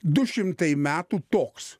du šimtai metų toks